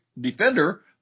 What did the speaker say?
defender